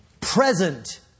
present